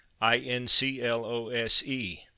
I-N-C-L-O-S-E